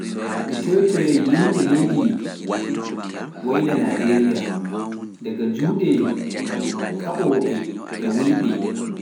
Mi teetoyay yimɓe leydi Woyla Naajeeriya daga juuɗe haɓooɓe e wuyɓe.